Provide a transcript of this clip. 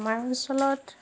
আমাৰ অঞ্চলত